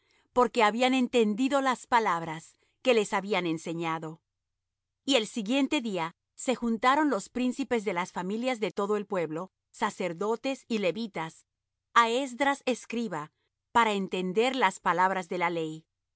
porque habían entendido las palabras que les habían enseñado y el día siguiente se juntaron los príncipes de las familias de todo el pueblo sacerdotes y levitas á esdras escriba para entender las palabras de la ley